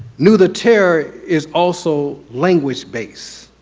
knew that terror is also language based.